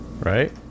right